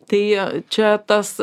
tai čia tas